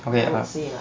okay err